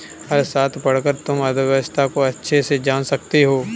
अर्थशास्त्र पढ़कर तुम अर्थव्यवस्था को अच्छे से जान सकते हो